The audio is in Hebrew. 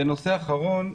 ונושא אחרון,